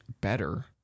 better